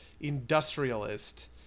industrialist